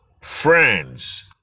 Friends